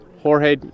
Jorge